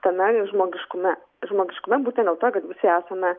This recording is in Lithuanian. tame žmogiškume žmogiškume būtent dėl to kad visi esame